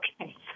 Okay